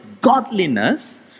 godliness